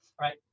right